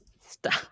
Stop